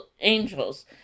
angels